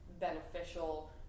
beneficial